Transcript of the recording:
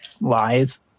lies